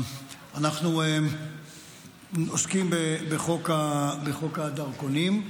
אנחנו מתעסקים בחוק הדרכונים.